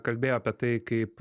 kalbėjo apie tai kaip